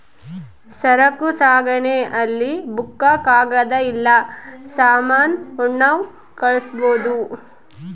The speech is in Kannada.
ಸರಕು ಸಾಗಣೆ ಅಲ್ಲಿ ಬುಕ್ಕ ಕಾಗದ ಇಲ್ಲ ಸಾಮಾನ ಉಣ್ಣವ್ ಕಳ್ಸ್ಬೊದು